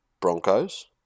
Broncos